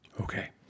Okay